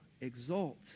exult